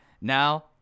now